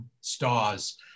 stars